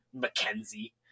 Mackenzie